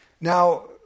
Now